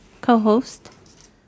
co-host